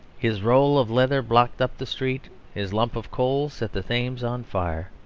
his roll of leather blocked up the street his lump of coal set the thames on fire.